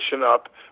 up